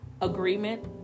agreement